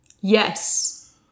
Yes